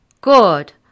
good